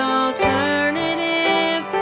alternative